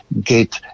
get